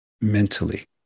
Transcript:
mentally